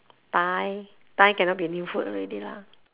pie pie cannot be a new food already lah